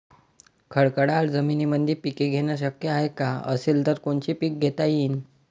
खडकाळ जमीनीमंदी पिके घेणे शक्य हाये का? असेल तर कोनचे पीक घेता येईन?